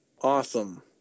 Awesome